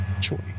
choice